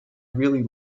really